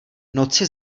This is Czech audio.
noci